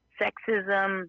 sexism